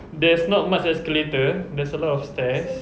there's not much escalator there's a lot of stairs